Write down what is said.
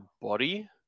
body